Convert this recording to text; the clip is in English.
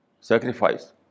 sacrifice